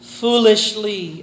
foolishly